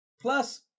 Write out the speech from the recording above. Plus